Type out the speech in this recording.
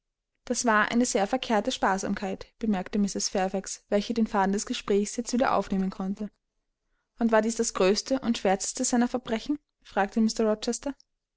das war eine sehr verkehrte sparsamkeit bemerkte mrs fairfax welche den faden des gesprächs jetzt wieder aufnehmen konnte und war dies das größte und schwärzeste seiner verbrechen fragte